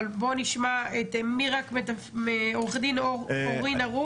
אבל בוא נשמע את עו"ד אורי נרוב.